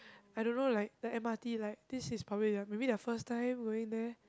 I don't know like the M_R_T like this is probably the maybe their first time going there